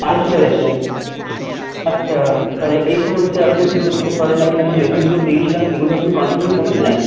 মাড়ি ফুলে গেছে আচ্ছা তাহলে এই সমস্যায় আপনি কী করতে পারেন আপনাকে যে ওষুধগুলো দিয়েছিলাম সেগুলো আপনি কন্টিনিউ করেছিলেন